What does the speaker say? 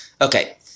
Okay